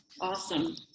Awesome